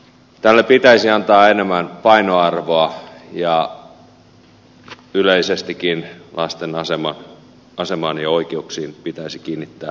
tälle pitäisi antaa enemmän painoarvoa ja yleisestikin lasten asemaan ja oikeuksiin pitäisi kiinnittää enemmän huomiota